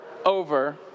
over